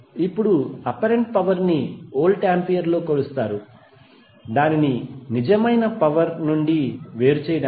ఇప్పుడు apparent power ని volt ఆంపియర్లో కొలుస్తారు దానిని నిజమైన పవర్ నుండి వేరు చేయడానికి